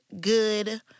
good